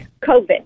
covid